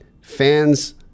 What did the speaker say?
fans